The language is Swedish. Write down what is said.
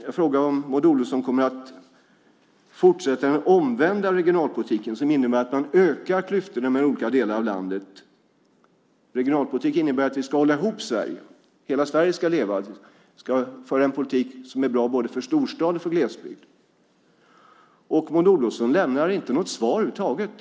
Jag frågade om Maud Olofsson kommer att fortsätta den omvända regionalpolitiken, som innebär att klyftorna ökar mellan olika delar av landet. Regionalpolitik innebär att vi ska hålla ihop Sverige, att hela Sverige ska leva, att vi ska föra en politik som är bra både för storstad och för glesbygd. Maud Olofsson lämnar inte något svar över huvud taget.